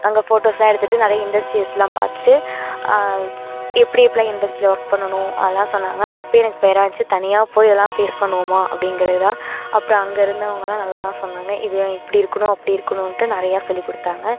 அங்கே ஃபோட்டோஸ்லாம் எடுத்துட்டு நிறைய இண்டஸ்ட்ரீஸ்லாம் பார்த்துட்டு எப்படி எப்படிலாம் இண்டஸ்ட்ரியில் ஒர்க் பண்ணணும் அதலாம் சொன்னாங்க அப்போயே எனக்கு ஃபியராக இருந்துச்சு தனியாக போய் இதெல்லாம் ஃபேஸ் பண்ணுவோமா அப்படிங்கிறது தான் அப்புறம் அங்கே இருந்தவங்கலாம் நல்லா தான் சொன்னாங்க இது இப்படி இருக்கணும் அப்படி இருக்கணுன்ட்டு நிறையா சொல்லிக் கொடுத்தாங்க